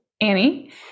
Annie